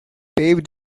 paved